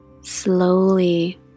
Slowly